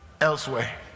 elsewhere